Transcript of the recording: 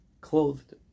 clothed